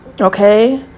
Okay